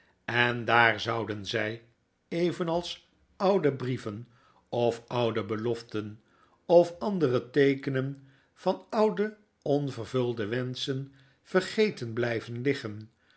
en daar zouden zjj evenals oude brieven of oude beloften of andere teekenen van oude onvervulde wenschen vergeten blyven liggen